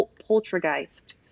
Poltergeist